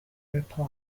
reply